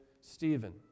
Stephen